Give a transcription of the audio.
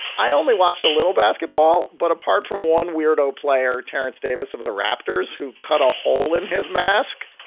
i only watched a little basketball, but apart from one weirdo player, terence davis of the raptors, who cut a hole in his mask,